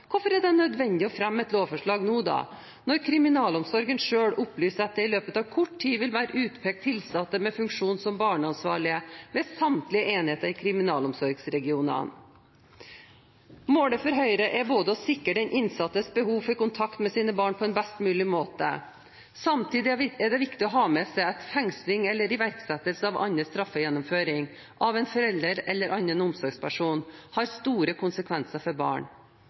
hvorfor er det nødvendig å fremme et lovforslag nå, når kriminalomsorgen selv opplyser at det i løpet av kort tid vil være utpekt tilsatte med funksjon som barneansvarlig ved samtlige enheter i kriminalomsorgsregionene? Målet for Høyre er å sikre den innsattes behov for kontakt med sine barn på en best mulig måte. Samtidig er det viktig å ha med seg at fengsling eller iverksettelse av annen straffegjennomføring av en forelder eller annen omsorgsperson har store konsekvenser for barn.